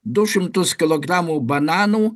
du šimtus kilogramų bananų